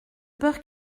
peur